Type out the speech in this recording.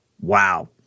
Wow